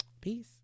peace